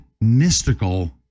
mystical